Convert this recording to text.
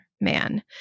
man